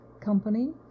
Company